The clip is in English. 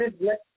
Yes